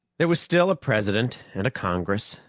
there was still a president and a congress,